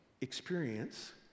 experience